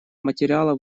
материала